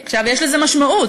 עכשיו, יש לזה משמעות.